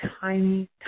tiny